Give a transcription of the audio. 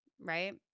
Right